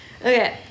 Okay